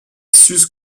sus